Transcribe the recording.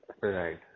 Right